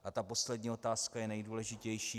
A poslední otázka je nejdůležitější.